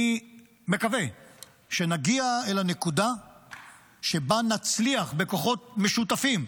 אני מקווה שנגיע אל הנקודה שבה נצליח בכוחות משותפים,